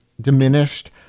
diminished